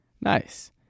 Nice